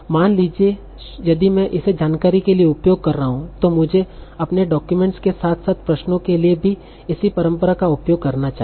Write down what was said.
मान लीजिए यदि मैं इसे जानकारी के लिए उपयोग कर रहा हूं तो मुझे अपने डाक्यूमेंट्स के साथ साथ प्रश्नों के लिए भी इसी परंपरा का उपयोग करना चाहिए